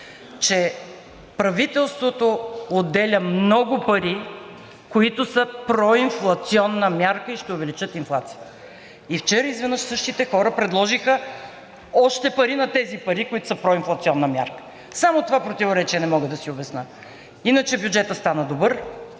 че правителството отделя много пари, които са проинфлационна мярка и ще увеличат инфлацията. И вчера изведнъж същите хора предложиха още пари на тези пари, които са проинфлационна мярка – само това противоречие не мога да си обясня. Иначе бюджетът стана добър